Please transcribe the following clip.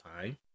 time